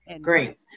great